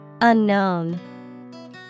Unknown